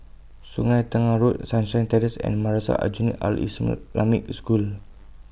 Sungei Tengah Road Sunshine Terrace and Madrasah Aljunied Al School